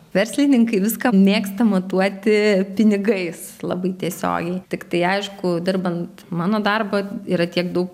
verslininkai viską mėgsta matuoti pinigais labai tiesiogiai tiktai aišku dirbant mano darbą yra tiek daug